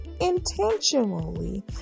intentionally